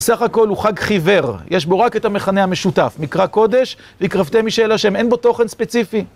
בסך הכל הוא חג חיוור, יש בו רק את המכנה המשותף, מקרא קודש, והקרבתם אשה לה', אין בו תוכן ספציפי.